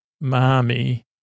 mommy